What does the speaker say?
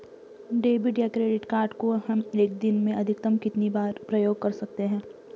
Debit या credit card को हम एक दिन में अधिकतम कितनी बार प्रयोग कर सकते हैं?